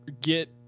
get